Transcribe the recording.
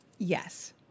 Yes